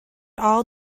all